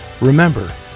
Remember